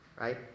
right